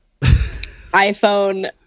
iPhone